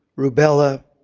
rubella,